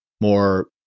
more